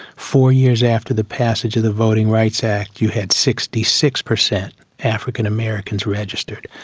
four years after the passage of the voting rights act you had sixty six percent african americans registered.